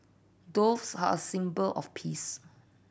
doves are a symbol of peace